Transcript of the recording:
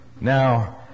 Now